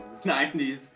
90s